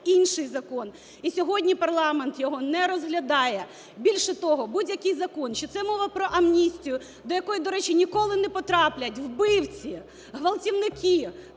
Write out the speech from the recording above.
інший закон і сьогодні парламент його не розглядає. Більше того, будь-який закон, чи це мова про амністію, до якої, до речі, ніколи не потраплять вбивці, ґвалтівники,